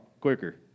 quicker